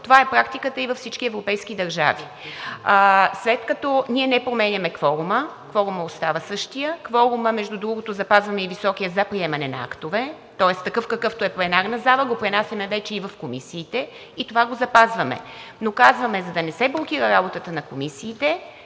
Това е практиката и във всички европейски държави. След като ние не променяме кворума, кворумът остава същият. Между другото, запазваме високия кворум за приемане на актове, тоест такъв, какъвто е в пленарната зала, го пренасяме вече и в комисиите. Това го запазваме, но казваме: за да не се блокира работата на комисиите,